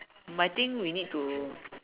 but I think we need to